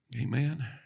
Amen